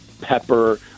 pepper